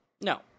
no